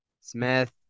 Smith